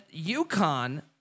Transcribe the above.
UConn